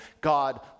God